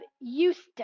eustace